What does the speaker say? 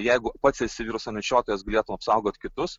jeigu pats esi viruso nešiotojas galėtum apsaugot kitus